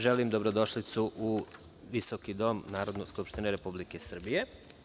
Želim dobrodošlicu u visoki Dom Narodne skupštine Republike Srbije.